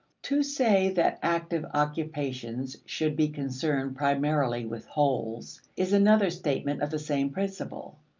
to say that active occupations should be concerned primarily with wholes is another statement of the same principle.